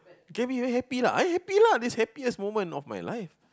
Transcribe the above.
you happy lah I happy lah this happiest moment of my life